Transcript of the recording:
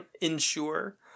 ensure